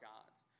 God's